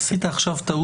עשית עכשיו טעות.